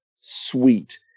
sweet